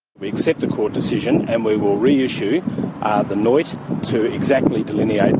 we except the court decision and we will reissue the noit to exactly delineate